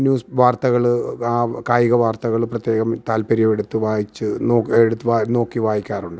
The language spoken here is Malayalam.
ന്യൂസ് വാർത്തകള് ആ കായിക വാർത്തകള് പ്രത്യേകം താല്പര്യടുത്ത് വായിച്ച് എടുത്ത് നോക്കി വായിക്കാറുണ്ട്